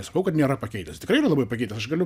nesakau kad nėra pakeitęs tikrai yra labai pakeitęs aš galiu